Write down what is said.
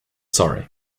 sorry